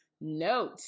note